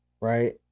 Right